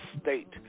state